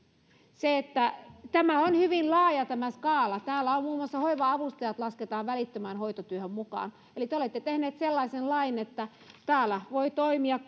jo välittömästi tämä skaala on hyvin laaja täällä muun muassa hoiva avustajat lasketaan välittömään hoitotyöhön mukaan eli te olette tehneet sellaisen lain että täällä voivat toimia